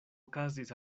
okazis